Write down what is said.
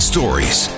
stories